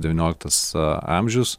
devynioliktas amžius